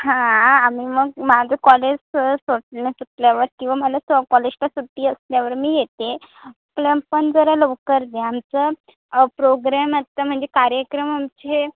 हां हां आम्ही मग माझं कॉलेज सोट सुटल्यावर किंवा मला स कॉलेजला सुट्टी असल्यावर मी येते प्लमपण जरा लवकर दे आमचं प्रोग्रॅम आता म्हणजे कार्यक्रम आमचे